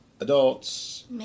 Adults